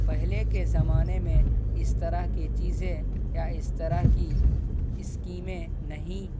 پہلے کے زمانے میں اس طرح کے چیزیں یا اس طرح کی اسکیمیں نہیں